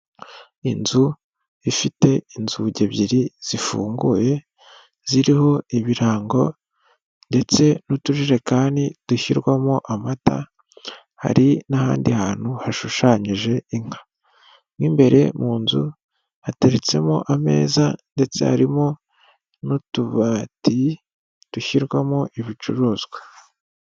Inzu ifite inzugi ebyiri zifunguye, ziriho ibirango ndetse n'utujerekani dushyirwamo amata, hari n'ahandi hantu hashushanyije inka. Mo imbere mu nzu hateretsemo ameza, ndetse harimo n'utubati dushyirwamo ibicuruzwa.